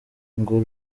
ngo